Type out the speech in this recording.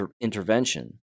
intervention